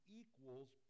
equals